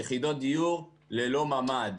יחידות דיור ללא ממ"ד.